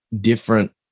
different